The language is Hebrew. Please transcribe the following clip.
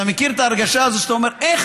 אתה מכיר את ההרגשה הזאת שאתה אומר: איך